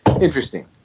Interesting